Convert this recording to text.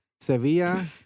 Sevilla